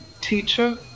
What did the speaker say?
Teacher